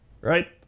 Right